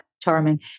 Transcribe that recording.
charming